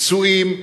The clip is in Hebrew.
פצועים,